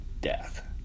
death